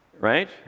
right